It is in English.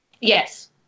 Yes